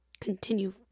continue